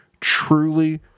truly